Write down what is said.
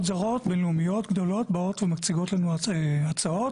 זרות בין-לאומיות גדולות באות ומציגות לנו הצעות.